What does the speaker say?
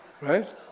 Right